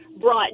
brought